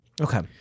Okay